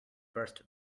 burst